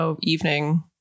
evening